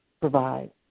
provide